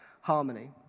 harmony